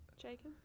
Jacob